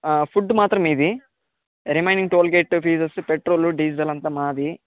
food మాత్రం మీది remaining toll gate fees petrol diesel అంతా మాది